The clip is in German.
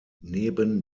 neben